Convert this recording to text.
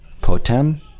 Potem